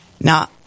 Now